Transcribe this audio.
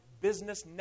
business